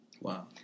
wow